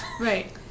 Right